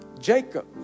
Jacob